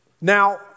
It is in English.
Now